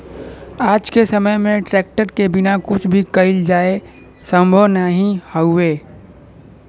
आज के समय में ट्रेक्टर के बिना कुछ भी कईल जाये संभव नाही हउवे